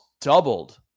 doubled